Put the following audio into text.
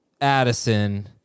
Addison